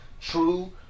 true